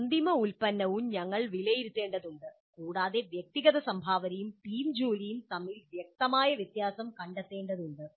അന്തിമ ഉൽപ്പന്നവും ഞങ്ങൾ വിലയിരുത്തേണ്ടതുണ്ട് കൂടാതെ വ്യക്തിഗത സംഭാവനയും ടീം ജോലിയും തമ്മിൽ വ്യക്തമായ വ്യത്യാസം കണ്ടെത്തേണ്ടതുണ്ട്